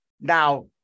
Now